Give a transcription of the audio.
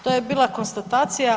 To je bila konstatacija.